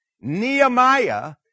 Nehemiah